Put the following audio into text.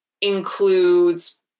includes